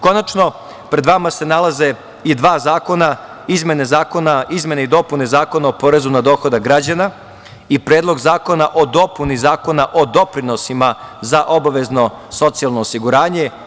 Konačno, pred vama se nalaze i dva zakona, izmene i dopune zakona o porezu na dohodak građana i Predlog zakona o dopuni Zakona o doprinosima za obavezno socijalno osiguranje.